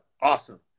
Awesome